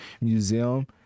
museum